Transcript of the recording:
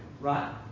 right